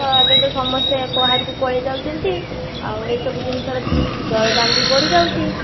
ତ ଏବେ ତ ସମସ୍ତେ ବାହାରକୁ ପଳେଇ ଯାଉଛନ୍ତି ଆଉ ଏ ସବୁ ଜିନିଷର ଦରଦାମ୍ ବି ବଢ଼ିଯାଉଛି